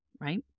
right